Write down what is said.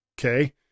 okay